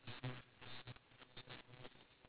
wearing red colour shirt blue shorts is it